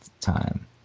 time